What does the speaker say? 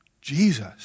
Jesus